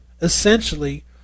Essentially